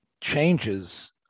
changes